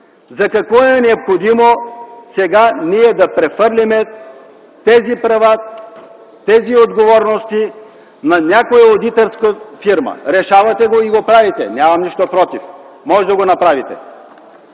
За какво е необходимо сега ние да прехвърляме тези права, тези отговорности на някоя одиторска фирма? Решавате го и го правите, нямам нищо против. Можете да го направите.